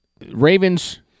ravens